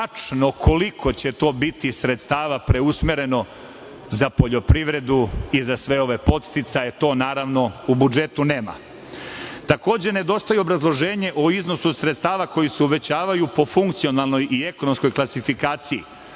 koliko će to biti sredstava preusmereno za poljoprivredu i za sve ove podsticaje. To naravno u budžetu nema. Takođe nedostaje i obrazloženje o iznosu sredstava koji se uvećavaju po funkcionalnoj i ekonomskoj klasifikaciji.